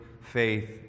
faith